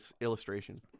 illustration